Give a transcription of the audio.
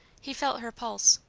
he felt her pulse.